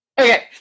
Okay